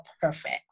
perfect